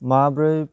माब्रै